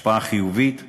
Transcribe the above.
השפעה חיובית כמובן.